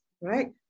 right